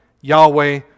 Yahweh